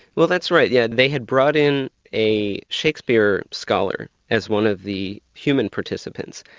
well that's right, yes. they had brought in a shakespeare scholar as one of the human participants,